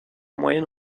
moyenne